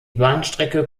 bahnstrecke